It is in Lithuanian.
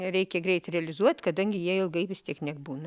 reikia greit realizuot kadangi jie ilgai vis tiek nebūna